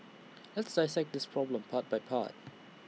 let's dissect this problem part by part